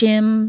Jim